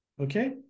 Okay